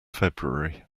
february